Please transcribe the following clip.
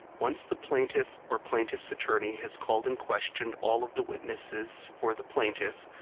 once the plaintiff or plaintiff's attorney has called and questioned all of the witnesses for the plaintiff,